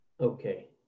Okay